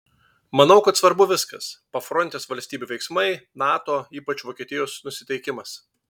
manau kad svarbu viskas pafrontės valstybių veiksmai nato ypač vokietijos nusiteikimas